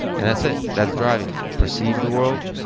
and that's it. that's driving. perceive the world,